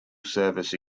service